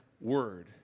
Word